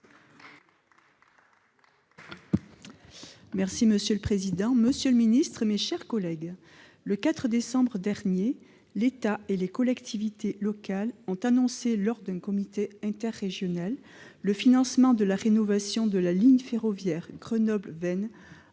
Monsieur le président, monsieur le secrétaire d'État, mes chers collègues, le 4 décembre dernier, l'État et les collectivités locales ont annoncé, lors d'un comité interrégional, le financement de la rénovation de la ligne ferroviaire Grenoble-Veynes,